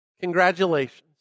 Congratulations